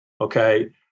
Okay